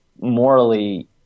morally